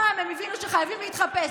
הפעם הם הבינו שחייבים להתחפש.